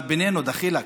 אבל בינינו, דחילק,